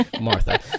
Martha